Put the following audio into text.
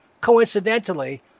coincidentally